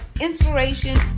inspiration